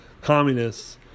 communists